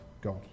god